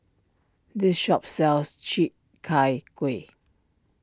this shop sells Chi Kak Kuih